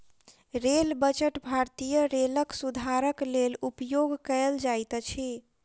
rail budget भारतीय रेलक सुधारक लेल उपयोग कयल जाइत अछि